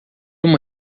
uma